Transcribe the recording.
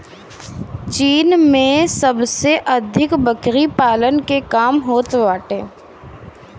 चीन में सबसे अधिक बकरी पालन के काम होत बाटे